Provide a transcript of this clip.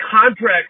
contract